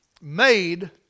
made